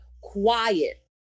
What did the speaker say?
quiet